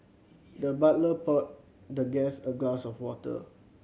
the butler poured the guest a glass of water